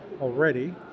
already